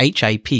HAP